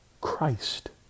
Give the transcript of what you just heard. Christ